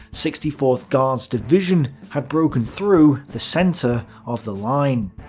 sixty fourth guards division had broken through the center of the line.